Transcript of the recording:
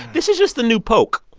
this is just the new poke.